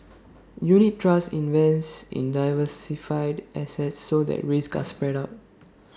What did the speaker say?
unit trusts invest in diversified assets so that risks are spread out